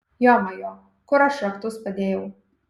jomajo kur aš raktus padėjau